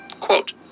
Quote